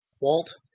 Walt